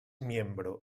miembro